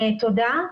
תודה.